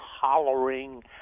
hollering